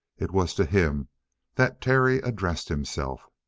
it was to him that terry addressed himself.